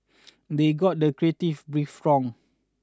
they got the creative brief wrong